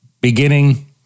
beginning